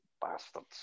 bastards